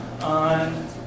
on